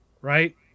right